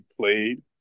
played